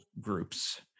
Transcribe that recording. groups